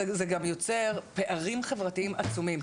זה גם יוצר פערים חברתיים עצומים.